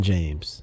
James